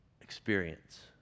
experience